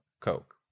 coke